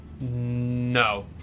No